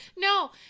No